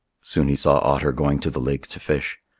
soon he saw otter going to the lake to fish.